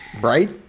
right